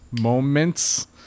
moments